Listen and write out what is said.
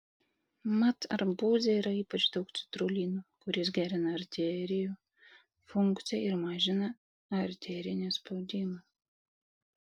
mat arbūze yra ypač daug citrulino kuris gerina arterijų funkciją ir mažina arterinį spaudimą